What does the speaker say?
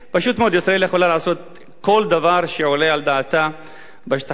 ישראל יכולה לעשות כל דבר שעולה על דעתה בשטחים הכבושים.